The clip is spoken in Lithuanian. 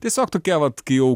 tiesiog tokia vat kai jau